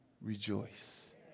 rejoice